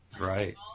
Right